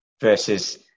versus